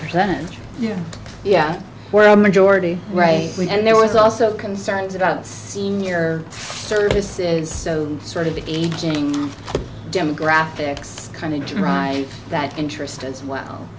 percentage yeah yeah well majority right wing and there was also concerns about senior services so sort of the aging demographics kind of drive that interest as well